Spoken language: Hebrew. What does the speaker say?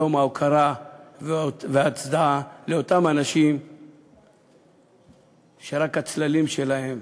יום ההוקרה וההצדעה לאותם אנשים שרק את הצללים שלהם